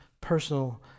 personal